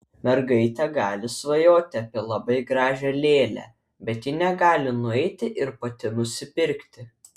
mergaitė gali svajoti apie labai gražią lėlę bet ji negali nueiti ir pati nusipirkti